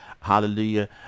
Hallelujah